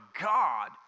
God